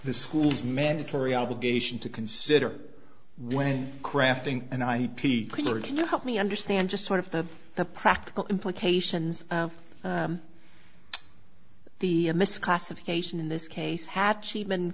the schools mandatory obligation to consider when crafting an ip or can you help me understand just sort of the the practical implications of the misclassification in this case had she been